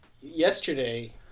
yesterday